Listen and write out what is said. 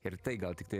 ir tai gal tiktai